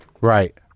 Right